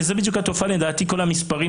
וזו בדיוק התופעה לדעתי של כל המספרים